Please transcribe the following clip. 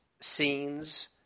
scenes